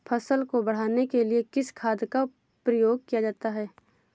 फसल को बढ़ाने के लिए किस खाद का प्रयोग किया जाता है?